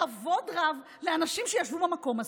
בכבוד רב לאנשים שישבו במקום הזה,